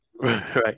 right